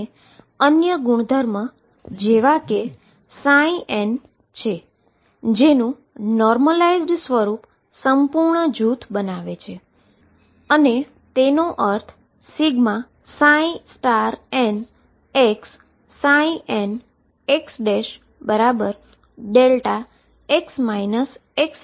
અને અન્ય ગુણધર્મ કે જે n છે જેનુ નોર્મલાઈઝડ સ્વરુપ સંપૂર્ણ સેટ બનાવે છે અને તેનો અર્થ છે∑nxnxδx x